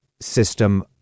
system